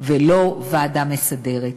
ולא ועדה מסדרת.